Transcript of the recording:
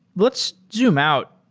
let's zoom out.